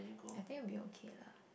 I think it would be okay lah